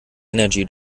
energy